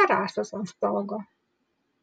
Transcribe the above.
terasos ant stogo